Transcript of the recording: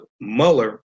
Mueller